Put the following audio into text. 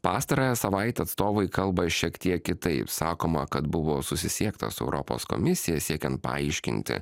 pastarąją savaitę atstovai kalba šiek tiek kitaip sakoma kad buvo susisiekta su europos komisija siekiant paaiškinti